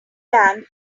band